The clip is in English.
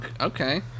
okay